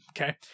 Okay